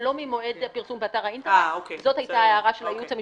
ולא ממועד הפרסום באתר האינטרנט זאת היתה ההערה של הייעוץ המשפטי,